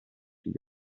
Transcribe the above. gli